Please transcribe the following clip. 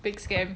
big scam